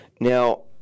Now